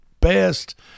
best